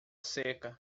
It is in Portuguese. seca